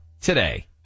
today